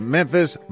Memphis